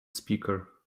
speaker